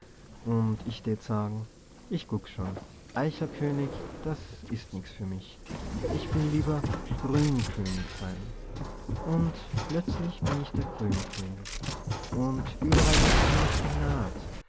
und ich tät sagen ich guck schon eichelkönig das is nix für mich ich will lieber der grünkönig sein und plötzlich bin ich der grünkönig und überall wächst nur spinat